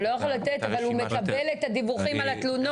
הוא לא יכול לתת אבל הוא מקבל את הדיווחים על התלונות.